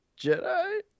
Jedi